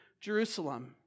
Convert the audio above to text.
Jerusalem